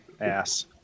ass